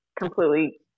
completely